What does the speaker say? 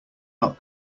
not